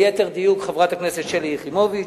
ליתר דיוק חברת הכנסת שלי יחימוביץ,